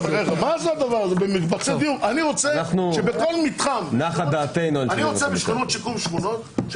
אני רוצה לגלות את דעתך,